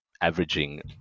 averaging